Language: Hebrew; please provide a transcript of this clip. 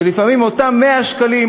וכשלפעמים אותם 100 שקלים,